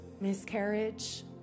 miscarriage